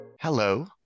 Hello